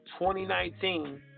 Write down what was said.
2019